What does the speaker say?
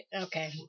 okay